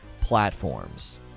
platforms